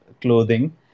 clothing